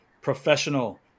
professional